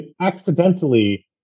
accidentally